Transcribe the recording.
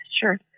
Sure